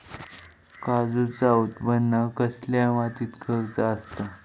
काजूचा उत्त्पन कसल्या मातीत करुचा असता?